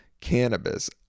cannabis